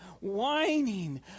whining